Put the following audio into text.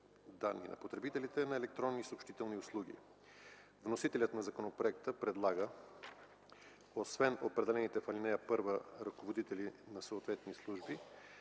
на електронни съобщителни услуги. Вносителят на законопроекта предлага, освен определените в ал. 1 ръководители на съответни служби,